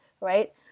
right